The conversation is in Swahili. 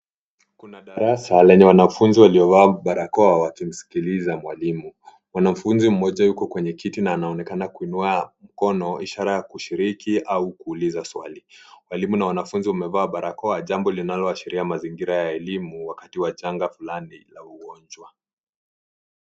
Kuna darasa lenye wanafunzi waliovaa barakoa wakimsikiliza mwalimu mwanafunzi mmoja yuko kwenye kiti na anaonekana kuinua mkono ishara ya kushiriki au kuuliza swali mwalimu na wanafunzi wamevaa barakoa jambo linaloashiria mandhari ya elimu wakati wa janga fulani la ugonjwa.